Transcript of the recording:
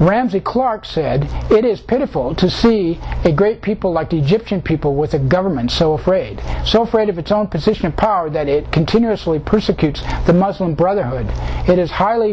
ramsey clark said it is pitiful to see a great people like egypt and people with a government so afraid so afraid of its own position of power that it continuously persecute the muslim brotherhood it is highly